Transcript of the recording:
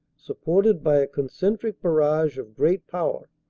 supported by a concentric barrage of great power.